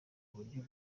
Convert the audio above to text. uburyo